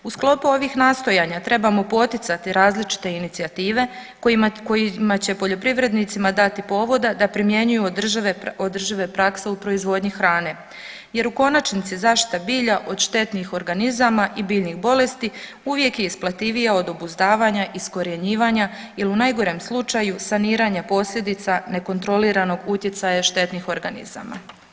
U sklopu ovih nastojanja trebamo poticati različite inicijative kojima će poljoprivrednicima dati povoda da primjenjuju održive prakse u proizvodnji hrane jer u konačnici zaštita bilja od štetnih organizama i biljnih bolesti uvijek je isplativija od obuzdavanja iskorjenjivanja i u najgorem slučaju saniranja posljedica nekontroliranog utjecaja štetnih organizama.